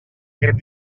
aquest